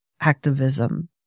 activism